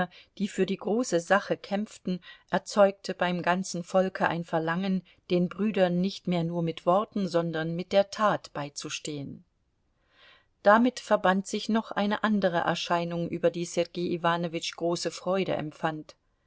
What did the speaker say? die für die große sache kämpften erzeugte beim ganzen volke ein verlangen den brüdern nicht mehr nur mit worten sondern mit der tat beizustehen damit verband sich noch eine andere erscheinung über die sergei iwanowitsch große freude empfand